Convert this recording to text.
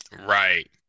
Right